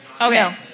Okay